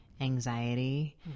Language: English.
anxiety